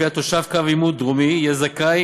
שלפיה תושב קו עימות דרומי יהיה זכאי